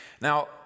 Now